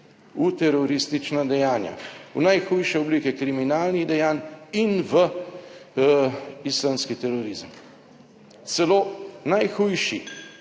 v teroristična dejanja. V najhujše oblike kriminalnih dejanj in v islamski terorizem. Celo najhujši